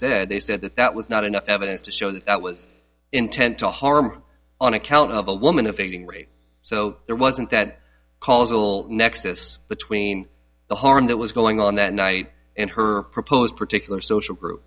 said they said that that was not enough evidence to show that that was intent to harm on account of a woman fitting rape so there wasn't that calls will nexus between the harm that was going on that night in her proposed particular social group